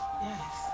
Yes